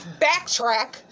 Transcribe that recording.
backtrack